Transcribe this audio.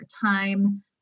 time